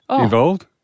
involved